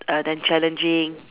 err then challenging